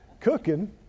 cooking